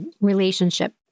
relationship